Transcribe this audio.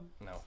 No